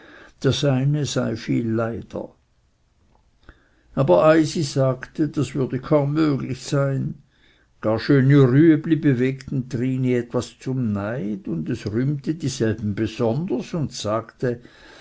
der seine sei viel leider aber eisi sagte das würde kaum möglich sein gar schöne rübli bewegten trini etwas zum neid und es rühmte dieselben besonders und sagte